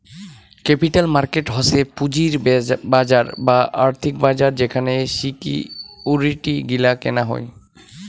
capital market হসে পুঁজির বাজার বা আর্থিক বাজার যেখানে সিকিউরিটি গিলা কেনা হই